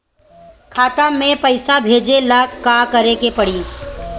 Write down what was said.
खाता से पैसा भेजे ला का करे के पड़ी?